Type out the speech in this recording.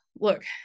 look